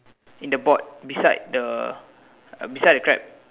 in the board beside the beside the crab